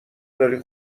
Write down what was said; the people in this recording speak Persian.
داری